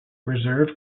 reserve